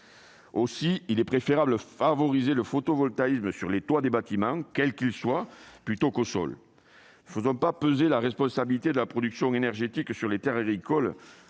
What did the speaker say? Aussi, il est préférable de favoriser le photovoltaïsme sur les toits des bâtiments, quels qu'ils soient, plutôt qu'au sol. Ne faisons pas reposer la responsabilité de la production énergétique sur les terres agricoles